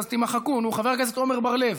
חבר הכנסת איתן ברושי,